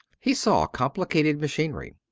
he saw complicated machinery.